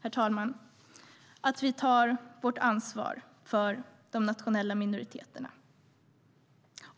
Det är dags att vi tar vårt ansvar för de nationella minoriteterna.